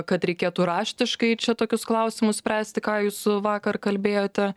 kad reikėtų raštiškai čia tokius klausimus spręsti ką jūs vakar kalbėjote